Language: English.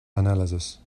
analysis